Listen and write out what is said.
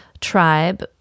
tribe